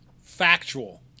factual